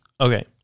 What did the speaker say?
Okay